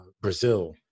Brazil